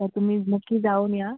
हो तुम्ही नक्की जाऊन या